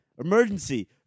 emergency